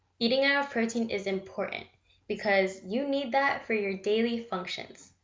eating enough protein is important because you need that for your daily functions,